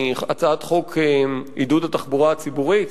הצעת חוק עידוד התחבורה הציבורית,